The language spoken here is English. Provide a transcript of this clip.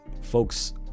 folks